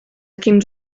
quins